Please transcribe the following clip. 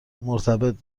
مرتبط